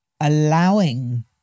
allowing